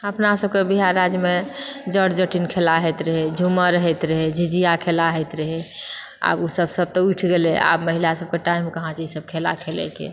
अपनासभके बिहार राज्यमे जाट जटिन खेला होइत रहए झुमर होइत रहए झिझिया खेला होइत रहए आब ओ सभ सब तऽ उठि गेलै आब महिला सभके टाइम कहाँछै ई सभ खेला खेलैके